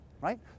Right